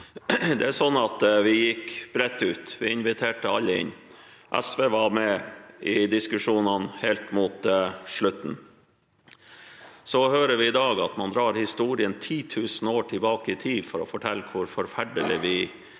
Vi gikk bredt ut, vi inviterte alle inn. SV var med i diskusjonene helt mot slutten. Så hører vi i dag at man drar historien ti tusen år tilbake i tid for å fortelle hvor forferdelig vi har